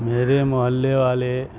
میرے محلے والے